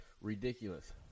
Ridiculous